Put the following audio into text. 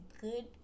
good